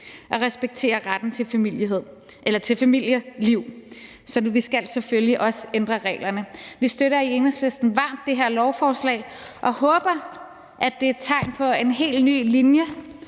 – respektere retten til familieliv, så vi skal selvfølgelig også ændre reglerne. Vi støtter i Enhedslisten varmt det her lovforslag og håber, at det er et tegn på en helt ny linje